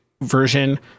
version